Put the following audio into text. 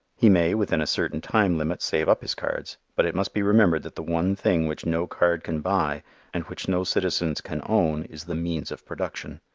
he may, within a certain time limit, save up his cards, but it must be remembered that the one thing which no card can buy and which no citizens can own is the means of production.